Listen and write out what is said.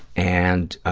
and